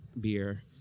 beer